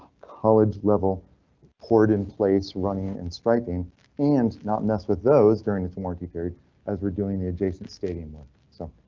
college level poured in place running and striping and not mess with those during its warranty period as we're doing the adjacent stadium work so.